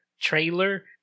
trailer